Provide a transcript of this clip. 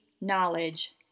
knowledge